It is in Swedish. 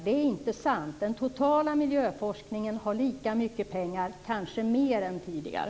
Det är inte sant. Den totala miljöforskningen har lika mycket pengar - kanske mer - än tidigare.